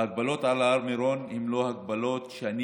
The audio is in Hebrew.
ההגבלות על הר מירון הן לא הגבלות שאני